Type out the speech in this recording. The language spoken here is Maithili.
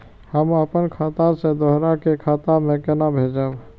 हम आपन खाता से दोहरा के खाता में केना भेजब?